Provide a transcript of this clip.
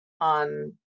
on